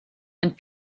and